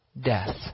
Death